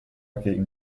gegen